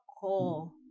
call